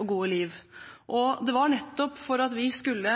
og godt liv. Det var nettopp det at vi skulle